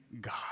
God